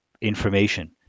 information